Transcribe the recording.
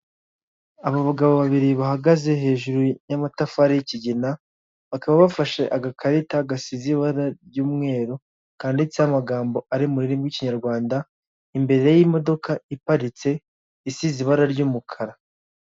Aba bagabo babiri bahagaze hejuru y'amatafari y'ikigina, bakaba bafashe agakarita gasize ibara ry'umweru kandiditseho amagambo ari mu rurimi rw'Ikinyarwanda, imbere y'imodoka iparitse isize ibara ry'umukara.